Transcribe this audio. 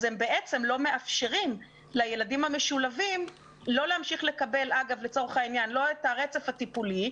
הם בעצם לא מאפשרים לילדים המשולבים לקבל לא את הרצף הטיפולי,